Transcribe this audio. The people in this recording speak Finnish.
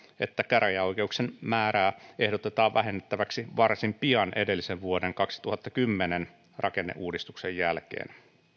että käräjäoikeuksien määrää ehdotetaan vähennettäväksi varsin pian edellisen vuoden kaksituhattakymmenen rakenneuudistuksen jälkeen